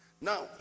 Now